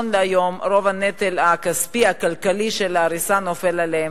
רוב הנטל הכספי הכלכלי של ההריסה נופל עליהן.